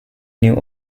new